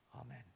Amen